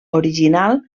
original